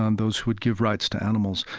um those who would give rights to animals.